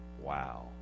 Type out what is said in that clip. Wow